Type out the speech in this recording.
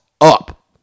up